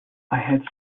had